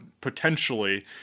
potentially